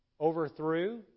overthrew